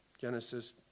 Genesis